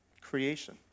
creation